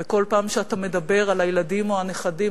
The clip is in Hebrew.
וכל פעם שאתה מדבר על הילדים או הנכדים,